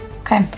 Okay